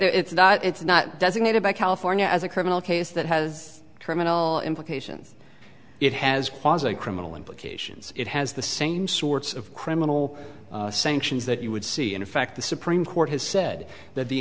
it's not it's not designated by california as a criminal case that has criminal implications it has caused a criminal implications it has the same sorts of criminal sanctions that you would see in fact the supreme court has said that the